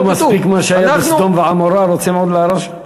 לא מספיק מה שהיה בסדום ועמורה, רוצים עוד להרוס?